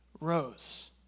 rose